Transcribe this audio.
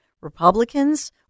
Republicans